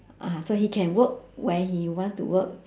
ah so he can work where he wants to work